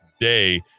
today